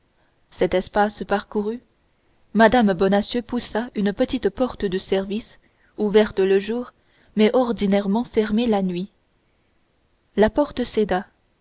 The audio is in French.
cet espace parcouru mme bonacieux poussa une petite porte de service ouverte le jour mais ordinairement fermée la nuit la porte